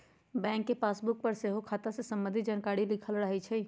bank के passbook पर सेहो खता से संबंधित जानकारी लिखल रहै छइ